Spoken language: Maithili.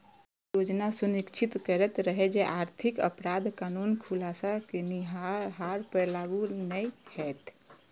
ई योजना सुनिश्चित करैत रहै जे आर्थिक अपराध कानून खुलासा केनिहार पर लागू नै हेतै